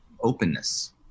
openness